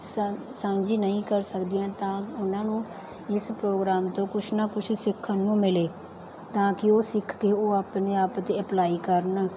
ਸਾਂਝੀ ਸਾਂਝੀ ਨਹੀਂ ਕਰ ਸਕਦੀਆਂ ਤਾਂ ਉਹਨਾਂ ਨੂੰ ਇਸ ਪ੍ਰੋਗਰਾਮ ਤੋਂ ਕੁਛ ਨਾ ਕੁਛ ਸਿੱਖਣ ਨੂੰ ਮਿਲੇ ਤਾਂ ਕਿ ਉਹ ਸਿੱਖ ਕੇ ਉਹ ਆਪਣੇ ਆਪ 'ਤੇ ਅਪਲਾਈ ਕਰਨ